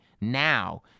now